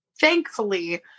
thankfully